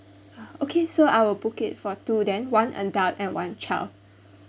ah okay so I'll book it for two then one adult and one child